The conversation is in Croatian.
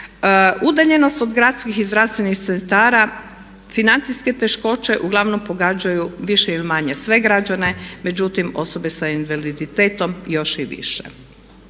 Udaljenost od gradskih i zdravstvenih centara, financijske teškoće uglavnom pogađaju više ili manje sve građane međutim osobe s invaliditetom još i više.